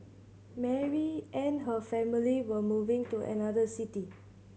Mary and her family were moving to another city